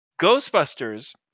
Ghostbusters